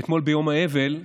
אתמול, ביום האבל,